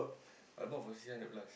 I bought for six hundred plus